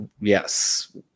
yes